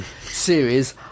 series